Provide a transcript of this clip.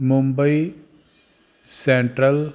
Mumbai central